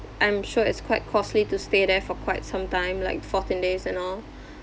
I'm sure it's quite costly to stay there for quite some time like fourteen days and all